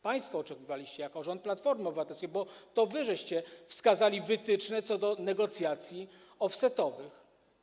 Państwo oczekiwaliście jako rząd Platformy Obywatelskiej, bo to wy wskazaliście wytyczne co do negocjacji offsetowych.